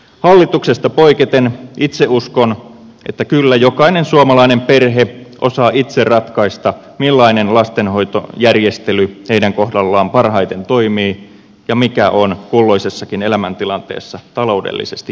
hallituksesta poiketen itse uskon että kyllä jokainen suomalainen perhe osaa itse ratkaista millainen lastenhoitojärjestely heidän kohdallaan parhaiten toimii ja mikä on kulloisessakin elämäntilanteessa taloudellisesti järkevintä